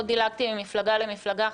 לא דילגתי ממפלגה למפלגה,